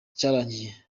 cyarangiye